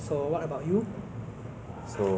it's very like enjoyable lah it's like